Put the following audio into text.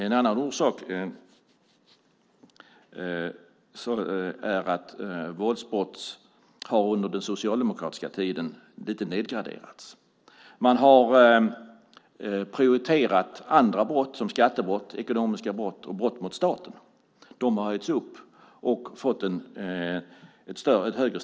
En annan orsak är att våldsbrott under den socialdemokratiska tiden har nedgraderats lite. Man har prioriterat andra brott som skattebrott, ekonomiska brott och brott mot staten. De har fått ett högre straffvärde.